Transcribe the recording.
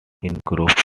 incorporates